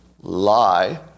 lie